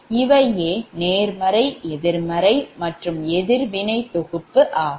இவையே நேர்மறை எதிர்மறை மற்றும் எதிர்வினை தொகுப்பு ஆகும்